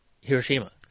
hiroshima